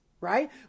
right